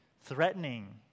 threatening